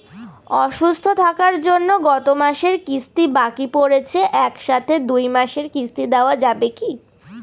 অসুস্থ থাকার জন্য গত মাসের কিস্তি বাকি পরেছে এক সাথে দুই মাসের কিস্তি দেওয়া যাবে কি?